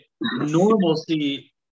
normalcy